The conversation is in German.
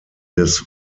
des